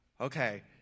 Okay